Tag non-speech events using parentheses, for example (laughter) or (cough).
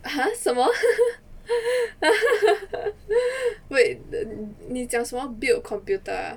!huh! 什么 (laughs) wait 你讲什么 build computer ah